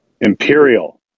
imperial